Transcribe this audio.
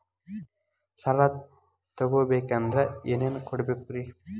ಸಾಲ ತೊಗೋಬೇಕಂದ್ರ ಏನೇನ್ ಕೊಡಬೇಕ್ರಿ?